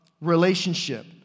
relationship